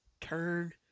turn